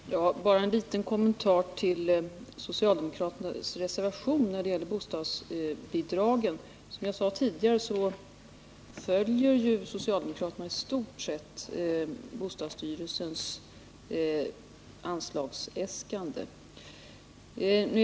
Herr talman! Bara en liten kommentar till socialdemokraternas reservation beträffande anslag till bostadsbidrag. Som jag sade tidigare följer socialdemokraterna i stort sett bostadsstyrelsens anslagsäskande.